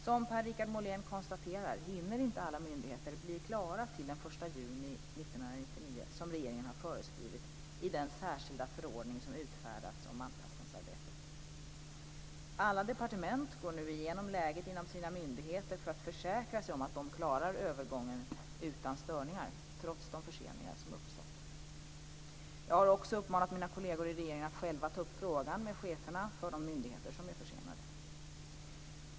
Som Per-Richard Molén konstaterar hinner inte alla myndigheter bli klara till den 1 juni 1999 som regeringen har föreskrivit i den särskilda förordning som utfärdats om anpassningsarbetet. Alla departement går nu igenom läget inom sina myndigheter för att försäkra sig om att de klarar övergången utan störningar trots de förseningar som uppstått. Jag har också uppmanat mina kolleger i regeringen att själva ta upp frågan med cheferna för de myndigheter som är försenade.